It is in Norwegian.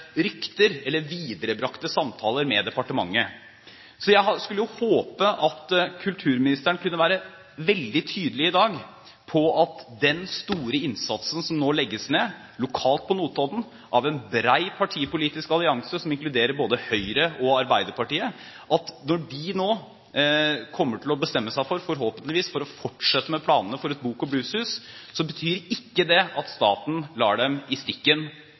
rykter, eller viderebrakte samtaler med departementet. Jeg skulle håpe at kulturministeren i dag, etter den store innsatsen som nå legges ned lokalt på Notodden av en bred partipolitisk allianse, som inkluderer både Høyre og Arbeiderpartiet, og som nå kommer til å bestemme seg for, forhåpentligvis, å fortsette med planene for et bok- og blueshus, kunne være veldig tydelig på at staten ikke lar dem i stikken